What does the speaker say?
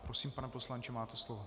Prosím, pane poslanče, máte slovo.